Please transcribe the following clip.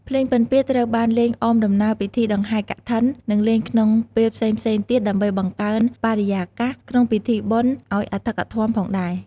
ភ្លេងពិណពាទ្យត្រូវបានលេងអមដំណើរពិធីដង្ហែរកឋិន និងលេងក្នុងពេលផ្សេងៗទៀតដើម្បីបង្កើនបរិយាកាសក្នុងពិធីបុណ្យឲ្យអធឹកអធមផងដែរ។